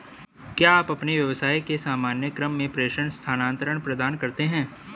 क्या आप अपने व्यवसाय के सामान्य क्रम में प्रेषण स्थानान्तरण प्रदान करते हैं?